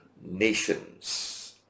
nations